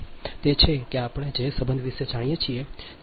તે છે કે આપણે એ જ સંબંધ વિશે જાણીએ છીએ જે વી